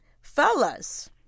Fellas